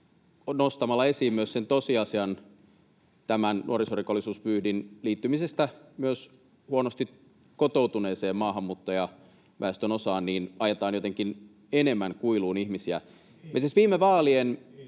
nostamalla esiin sen tosiasian tämän nuorisorikollisuusvyyhdin liittymisestä myös huonosti kotoutuneeseen maahanmuuttajaväestönosaan ajetaan jotenkin enemmän kuiluun ihmisiä. [Antti